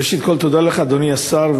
ראשית, תודה לך, אדוני השר.